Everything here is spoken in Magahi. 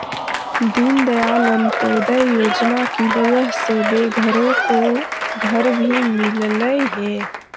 दीनदयाल अंत्योदय योजना की वजह से बेघरों को घर भी मिललई हे